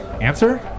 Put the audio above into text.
answer